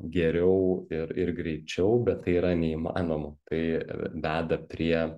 geriau ir ir greičiau bet tai yra neįmanoma tai veda prie